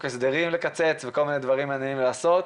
הסדרים לקצץ והרבה דברים מעניינים לעשות.